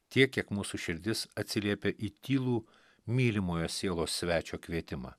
tiek kiek mūsų širdis atsiliepia į tylų mylimojo sielos svečio kvietimą